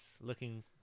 looking